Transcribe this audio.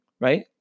right